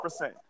100%